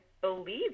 believe